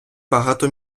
багато